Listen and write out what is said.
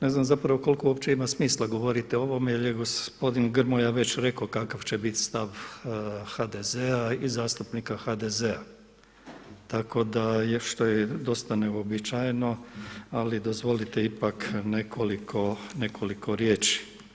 Ne znam zapravo koliko uopće ima smisla govoriti o ovome jer je gospodin Grmoja već rekao kakav će biti stav HDZ-a i zastupnika HDZ-a, tako da je, što je dosta neuobičajeno ali dozvolite ipak nekoliko riječi.